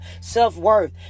self-worth